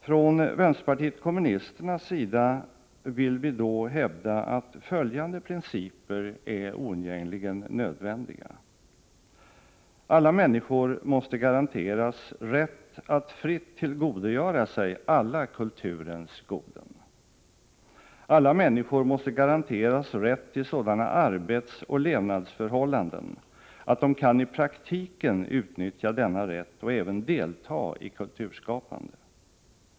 Från vänsterpartiet kommunisternas sida vill vi då hävda att följande principer är oundgängligen nödvändiga: Alla människor måste garanteras rätt att fritt tillgodogöra sig alla kulturens goden. Alla människor måste garanteras rätt till sådana arbetsoch levnadsförhål landen att de kan i praktiken utnyttja denna rätt och även delta i kulturskapande.